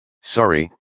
Sorry